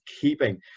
keeping